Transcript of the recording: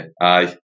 aye